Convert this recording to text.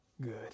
good